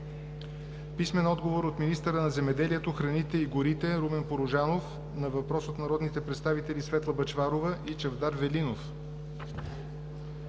Сабанов; - министъра на земеделието, храните и горите Румен Порожанов на въпрос от народните представители Светла Бъчварова и Чавдар Велинов;